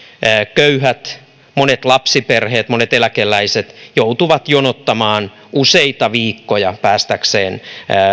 köyhät monet lapsiperheet monet eläkeläiset joutuvat jonottamaan useita viikkoja päästäkseen